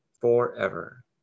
forever